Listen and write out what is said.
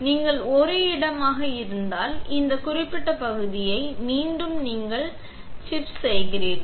நீங்கள் ஒரு இடமாக இருந்தால் இந்த குறிப்பிட்ட பகுதியை மீண்டும் நீங்கள் சிப் கொலை செய்கிறீர்கள்